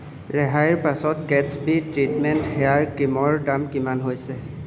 ৰেহাইৰ পাছত Gatsby treatment hair ক্ৰীমৰ দাম কিমান হৈছে